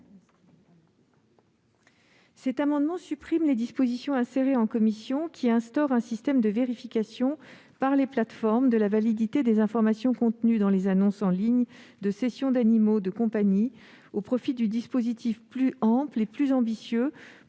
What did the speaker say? Cet amendement vise à supprimer les dispositions insérées en commission qui instaurent un système de vérification par les plateformes de la validité des informations contenues dans les annonces en ligne de cession d'animaux de compagnie, au profit du dispositif plus ample et plus ambitieux proposé